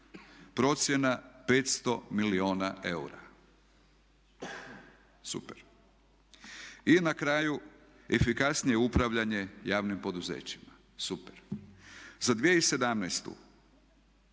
procjena 500 milijuna eura. Super. I na kraju efikasnije upravljanje javnim poduzećima. Super. Za 2017.